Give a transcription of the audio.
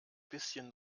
bisschen